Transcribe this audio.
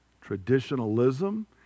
Traditionalism